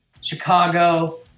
Chicago